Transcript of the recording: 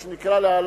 מה שנקרא להלן,